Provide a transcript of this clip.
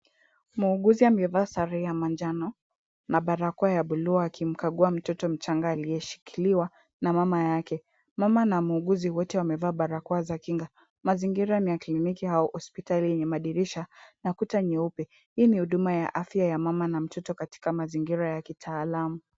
Muuguzi amevaa sare ya manjano na barakoa ya buluu akimkagua mtoto mchanga aliyeshikiliwa na mama yake. Mama na Muuguzi wote wamevaa barakoa za kinga. Mazingira ni ya kliniki au hospitali yenye madirisha na kuta nyeupe. Hii ni huduma ya afya ya mama na mtoto katika mazingira ya kitaalamu.